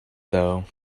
though